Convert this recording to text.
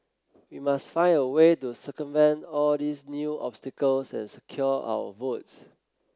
we must find a way to circumvent all these new obstacles and secure our votes